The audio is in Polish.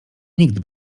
nikt